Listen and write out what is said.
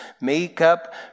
makeup